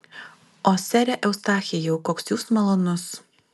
o sere eustachijau koks jūs malonus